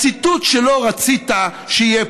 הציטוט שהרי ידעת שאני אעמוד